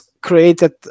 created